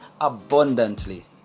Abundantly